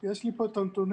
יש לי פה את הנתונים.